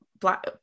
black